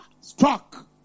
struck